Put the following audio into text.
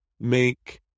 make